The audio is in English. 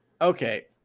Okay